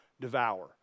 devour